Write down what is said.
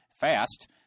fast